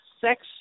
sex